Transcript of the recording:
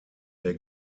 der